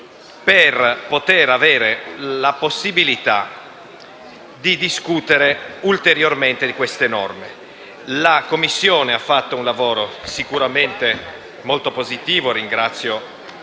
per poter avere la possibilità di discutere ulteriormente queste norme. La Commissione ha fatto un lavoro sicuramente molto positivo, pertanto